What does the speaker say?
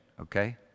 Okay